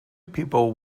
people